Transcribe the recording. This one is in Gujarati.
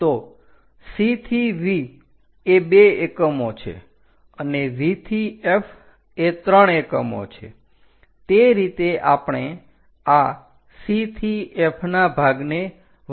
તો C થી V એ 2 એકમો છે અને V થી F એ 3 એકમો છે તે રીતે આપણે આ C થી F ના ભાગને વહેચીશું